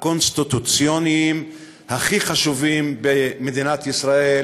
הקונסטיטוציוניים הכי חשובים במדינת ישראל: